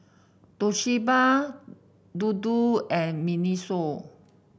Toshiba Dodo and Miniso